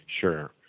Sure